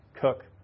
Cook